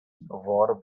war